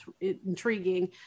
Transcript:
intriguing